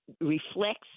reflects